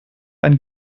ein